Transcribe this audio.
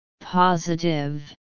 positive